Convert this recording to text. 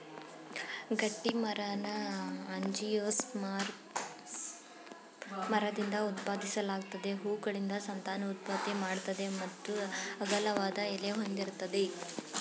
ಗಟ್ಟಿಮರನ angiosperm ಮರದಿಂದ ಉತ್ಪಾದಿಸಲಾಗ್ತದೆ ಹೂವುಗಳಿಂದ ಸಂತಾನೋತ್ಪತ್ತಿ ಮಾಡ್ತದೆ ಮತ್ತು ಅಗಲವಾದ ಎಲೆ ಹೊಂದಿರ್ತದೆ